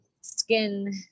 skin